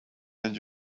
and